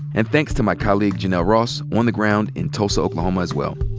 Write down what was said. and thanks to my colleague, janell ross, on the ground in tulsa, oklahoma, as well.